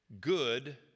good